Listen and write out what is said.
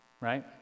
right